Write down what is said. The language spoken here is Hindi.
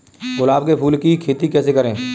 गुलाब के फूल की खेती कैसे करें?